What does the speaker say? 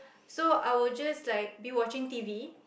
so I will just like be watching t_v